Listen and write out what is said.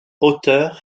auteur